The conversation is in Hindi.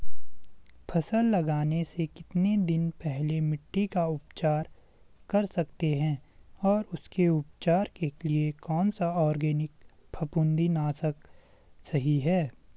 फसल लगाने से कितने दिन पहले मिट्टी का उपचार कर सकते हैं और उसके उपचार के लिए कौन सा ऑर्गैनिक फफूंदी नाशक सही है?